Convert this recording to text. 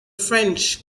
french